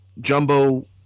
jumbo